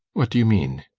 what do you mean?